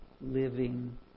living